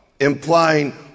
implying